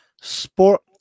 Sport